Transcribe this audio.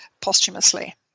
posthumously